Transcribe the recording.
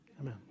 Amen